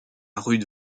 rude